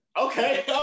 Okay